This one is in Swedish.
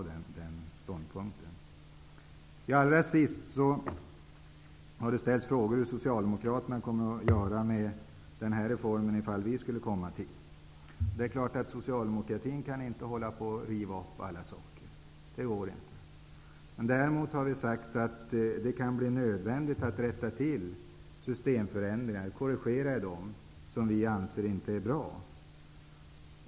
Det har ställts frågor om hur Socialdemokraterna kommer att göra med den här reformen om vi skulle komma till makten. Det är klart att Socialdemokraterna inte kan riva upp alla beslut. Det går inte. Däremot har vi sagt att det kan bli nödvändigt att rätta till systemförändringar, att göra korrigeringar i de system som vi inte anser är bra.